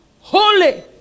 Holy